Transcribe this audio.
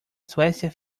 suecia